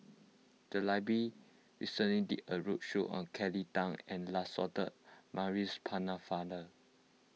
the library recently did a roadshow on Kelly Tang and Lancelot Maurice Pennefather